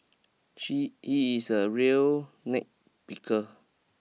she he is a real nitpicker